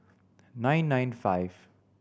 nine nine five